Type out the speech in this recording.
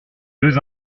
deux